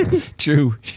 true